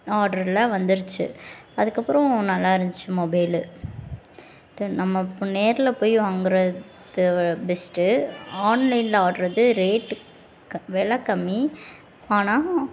ஆர்ட்ருல வந்துருச்சு அதுக்கப்புறம் நல்லாயிருந்துச்சு மொபைலு தென் நம்ம நேர்ல போய் வாங்குகிறது பெஸ்ட்டு ஆன்லைன் ஆர்ட்ருது ரேட்டு வில கம்மி ஆனால்